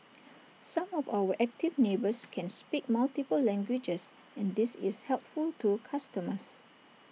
some of our active neighbours can speak multiple languages and this is helpful to customers